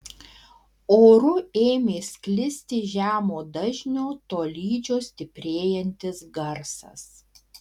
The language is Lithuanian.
oru ėmė sklisti žemo dažnio tolydžio stiprėjantis garsas